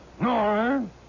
No